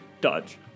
dodge